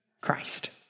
Christ